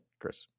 Chris